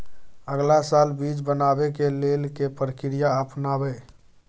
अगला साल बीज बनाबै के लेल के प्रक्रिया अपनाबय?